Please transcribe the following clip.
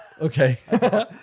Okay